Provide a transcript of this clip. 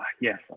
yes